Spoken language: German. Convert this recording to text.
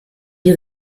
die